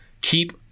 keep